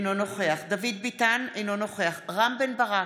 אינו נוכח דוד ביטן, אינו נוכח רם בן ברק,